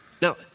Now